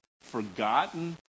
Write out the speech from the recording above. forgotten